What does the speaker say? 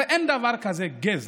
הרי אין דבר כזה גזע.